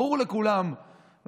ברור לכולם,